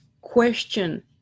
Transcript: question